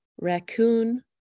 raccoon